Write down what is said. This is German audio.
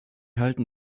halten